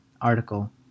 article